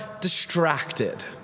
distracted